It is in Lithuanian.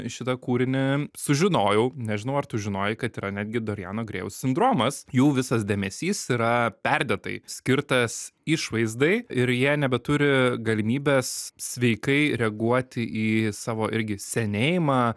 šitą kūrinį sužinojau nežinau ar tu žinojai kad yra netgi doriano grėjaus sindromas jų visas dėmesys yra perdėtai skirtas išvaizdai ir jie nebeturi galimybės sveikai reaguoti į savo irgi senėjimą